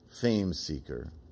fame-seeker